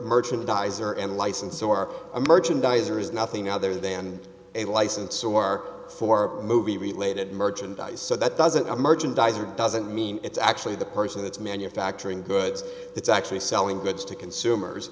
merchandiser and license or a merchandiser is nothing other than a license or for a movie related merchandise so that doesn't emerge and dies or doesn't mean it's actually the person that's manufacturing goods it's actually selling goods to consumers